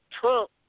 trump